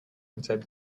inside